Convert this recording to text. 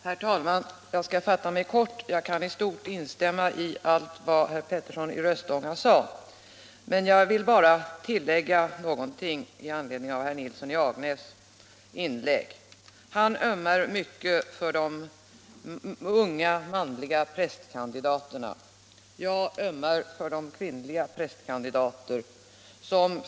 Herr talman! Jag skall fatta mig kort. Jag kan i stort instämma i vad herr Petersson i Röstånga sade. Jag vill bara göra ett tillägg i anledning av herr Nilssons i Agnäs inlägg. Herr Nilsson ömmar mycket för de unga manliga prästkandidaterna. Jag ömmar för de kvinnliga prästkandidaterna.